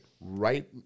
Right